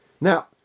Now